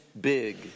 big